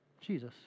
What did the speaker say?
Jesus